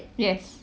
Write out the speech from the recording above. yes